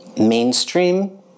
mainstream